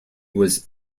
was